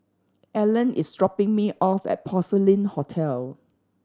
Ellen is dropping me off at Porcelain Hotel